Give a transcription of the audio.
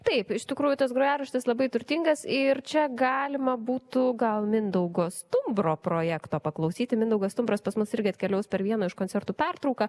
taip iš tikrųjų tas grojaraštis labai turtingas ir čia galima būtų gal mindaugo stumbro projekto paklausyti mindaugas stumbras pas mus irgi atkeliaus per vieno iš koncertų pertrauką